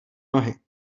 nohy